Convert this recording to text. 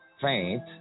faint